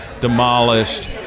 demolished